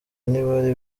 ntibari